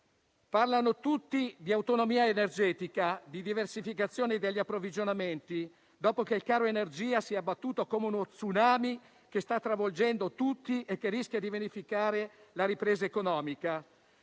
parlano tutti di autonomia energetica, di diversificazione degli approvvigionamenti, dopo che il caro energia si è abbattuto come uno *tsunami* che sta travolgendo tutti e che rischia di vanificare la ripresa economica.